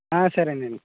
సరేనండి